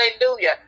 Hallelujah